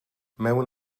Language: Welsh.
mewn